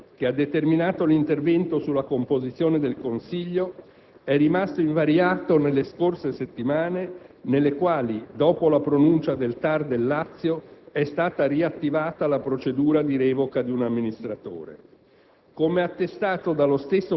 Tale convincimento - che ha determinato l'intervento sulla composizione del Consiglio - è rimasto invariato nelle scorse settimane, nelle quali, dopo la pronuncia del TAR del Lazio, è stata riattivata la procedura di revoca di un amministratore.